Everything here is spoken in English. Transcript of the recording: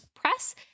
press